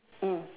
mm